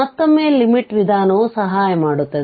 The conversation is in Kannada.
ಮತ್ತೊಮ್ಮೆ ಲಿಮಿಟ್ ವಿಧಾನವು ಸಹಾಯ ಮಾಡುತ್ತದೆ